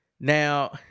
now